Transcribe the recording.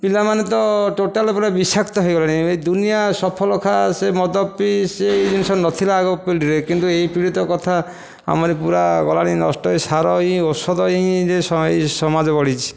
ପିଲାମାନେ ତ ଟୋଟାଲ ଉପରେ ବିଷାକ୍ତ ହୋଇଗଲେଣି ଦୁନିଆ ସଫଲ ଖା ସେ ମଦ ପି ସେ ଜିନିଷ ନଥିଲା ଆଗ ପିଢ଼ିରେ କିନ୍ତୁ ଏ ପିଢ଼ି ତ କଥା ଆମର ପୂରା ଗଲାଣି ନଷ୍ଟ ହେଇ ସାର ହିଁ ଔଷଧ ହିଁ ଏ ସମାଜ ଗଢ଼ିଛି